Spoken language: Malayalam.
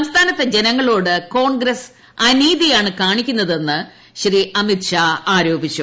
സംസ്ഥാനത്തെ ജനങ്ങളോട് കോൺഗ്രസ് അനീതിയാണ് കാണിക്കുന്നതെന്ന് ശ്രീ അമിത്ഷാ ആരോപിച്ചു